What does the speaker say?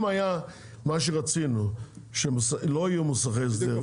אם היה מה שרצינו שלא יהיה מוסכי הסדר,